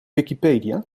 wikipedia